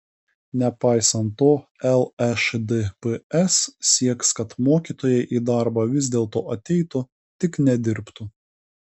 nepaisant to lšdps sieks kad mokytojai į darbą vis dėlto ateitų tik nedirbtų